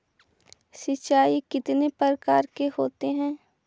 सिंचाई कितने प्रकार के होते हैं?